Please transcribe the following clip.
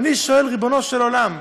ואני שואל: ריבונו של עולם,